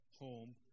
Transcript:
home